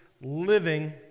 living